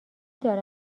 داره